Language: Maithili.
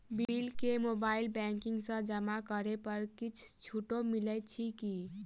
बिल केँ मोबाइल बैंकिंग सँ जमा करै पर किछ छुटो मिलैत अछि की?